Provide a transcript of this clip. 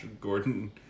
Gordon